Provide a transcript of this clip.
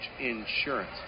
Insurance